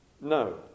no